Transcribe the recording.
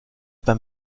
beim